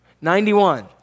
Ninety-one